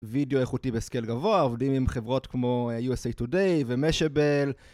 וידאו איכותי וסקל גבוה, עובדים עם חברות כמו USA Today ומשבל.